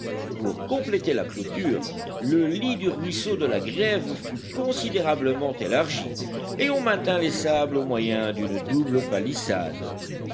pour compléter la clôture le lit du ruisseau de la grève fut considérablement élargi et on maintint les sables au moyen d'une double palissade